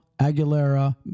Aguilera